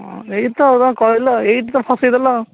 ହଁ ଏହି ତ ଆଉ ତୁମେ କହିଲ ଏଇଠି ତ ଫସାଇ ଦେଲ